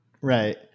Right